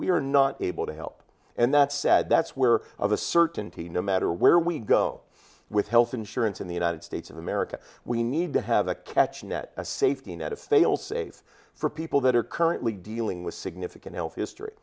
we are not able to help and that's sad that's where of a certainty no matter where we go with health insurance in the united states of america we need to have a catch net a safety net a failsafe for people that are currently dealing with significant health history